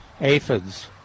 aphids